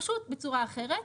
פשוט בצורה אחרת.